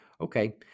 Okay